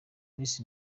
miss